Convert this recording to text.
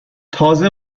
تازه